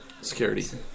Security